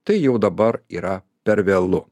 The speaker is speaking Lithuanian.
tai jau dabar yra per vėlu